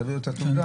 תעביר את התעודה,